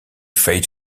failed